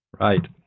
Right